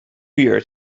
year